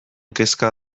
kezka